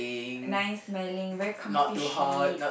nice smelling very comfy sheets